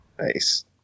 nice